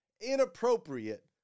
inappropriate